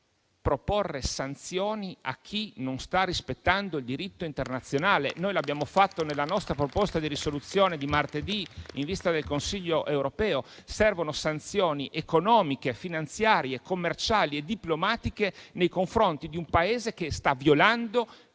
proporre sanzioni a chi non sta rispettando il diritto internazionale. Noi l'abbiamo fatto nella nostra proposta di risoluzione di martedì in vista del Consiglio europeo. Servono sanzioni economiche, finanziarie, commerciali e diplomatiche nei confronti di un Paese che sta violando